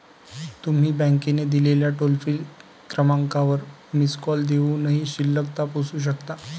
तुम्ही बँकेने दिलेल्या टोल फ्री क्रमांकावर मिस कॉल देऊनही शिल्लक तपासू शकता